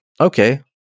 Okay